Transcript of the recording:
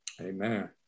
Amen